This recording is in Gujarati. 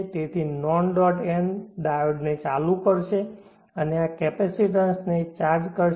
તેથી નોન ડોટ એન્ડ ડાયોડને ચાલુ કરશે અને આ કેપેસિટેન્સને ચાર્જ કરશે